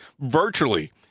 virtually